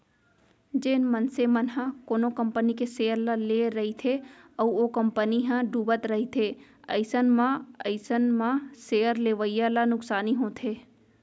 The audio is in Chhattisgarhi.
जेन मनसे मन ह कोनो कंपनी के सेयर ल लेए रहिथे अउ ओ कंपनी ह डुबत रहिथे अइसन म अइसन म सेयर लेवइया ल नुकसानी होथे